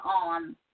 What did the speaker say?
on